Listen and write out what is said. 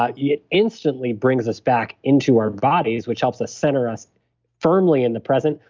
ah yeah it instantly brings us back into our bodies, which helps us center us firmly in the present,